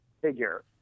figure